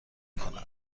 کند